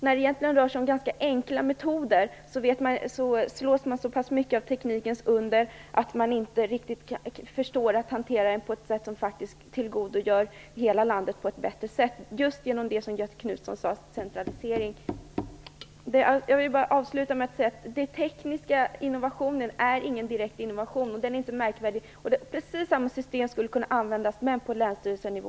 När det egentligen rör sig om ganska enkla metoder slås man så pass mycket av teknikens under att man inte riktigt förstår att hantera den på ett sätt som tillgodoser hela landet på ett bättre sätt. Det gör man just genom det som Göthe Knutson sade, genom centralisering. Jag vill avslutningsvis säga att den tekniska innovationen inte är någon direkt innovation. Den är inte märkvärdig. Precis samma system skulle kunna användas på länsstyrelsenivå.